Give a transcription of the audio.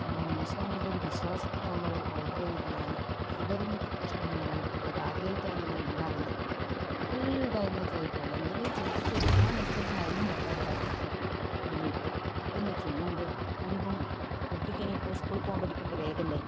പിന്നെ മീഷോനേ ഉള്ളൊരു വിശ്വാസത്തിൽ ഞമ്മൾ ഓർഡർ ചെയ്തെയാന്ന് ഇതുവരെ ഇങ്ങനത്തെ പ്രശ്നമൊന്നും ഉണ്ടായിട്ടില്ല ഇത് ആദ്യമായിട്ടാന്ന് ഇങ്ങനെ ഇണ്ടാവുന്നത് ഫുൾ ഡാമേജ് ആയിട്ടാണുള്ളത് എന്തെങ്കിലും ചെയ്തിട്ട് എടുക്കാമെന്ന് വെച്ചാൽ അതിനും പറ്റാത്ത ഒരു അവസ്ഥയാണ് ഉള്ളത് ഇപ്പോൾ ഇതെന്താണ് ചെയ്യേണ്ടേ ഇനിയിപ്പം കുട്ടിക്ക് ഇനിയിപ്പം സ്കൂളിൽ പോകുമ്പോൾ കൊടുക്കേണ്ട ബേഗ് അല്ലേ